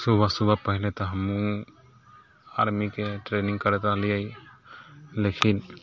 सुबह सुबह पहिने तऽ हमहूँ आर्मीके ट्रेनिंग करैत रहलियै लेकिन